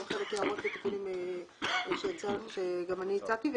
יש גם הערות ותיקונים שאני הצעתי.